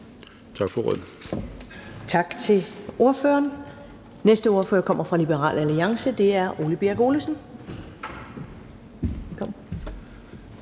Ellemann): Tak til ordføreren. Næste ordfører kommer fra Liberal Alliance, og det er Ole Birk Olesen.